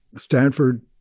Stanford